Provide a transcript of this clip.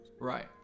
Right